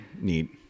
neat